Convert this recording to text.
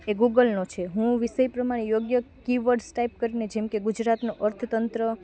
એ ગૂગલનો છે હું વિષય પ્રમાણે યોગ્ય કી વર્ડ ટાઈપ કરીને જેમકે ગુજરાતનું અર્થતંત્ર